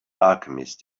alchemist